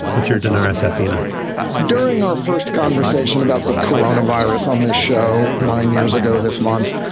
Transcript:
what's your dinner? sfe you know during our first conversation about the corona virus on this show nine years ago this month,